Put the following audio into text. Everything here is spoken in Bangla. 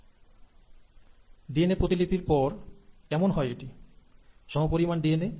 একবার ডিএনএ প্রতিলিপি হওয়ার পর এটি কেমন হয় যা সর্বনিম্ন ত্রুটিসহ সমান পরিমাণ ডিএনএ